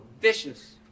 vicious